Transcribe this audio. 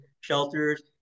shelters